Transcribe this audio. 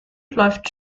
läuft